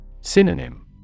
Synonym